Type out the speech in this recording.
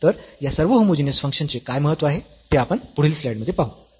तर या सर्व होमोजीनियस फंक्शन्सचे काय महत्व आहे ते आपण पुढील स्लाईड मध्ये पाहू